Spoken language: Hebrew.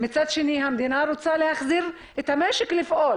מצד שני, המדינה רוצה להחזיר את המשק לפעול.